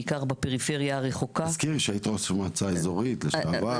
בעיקר בפריפריה הרחוקה --- תזכירי שאת ראש מועצה אזורית לשעבר,